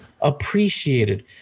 appreciated